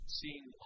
seeing